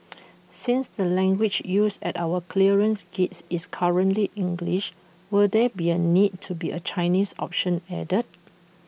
since the language used at our clearance gates is currently English will there be A need to be A Chinese option added